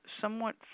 somewhat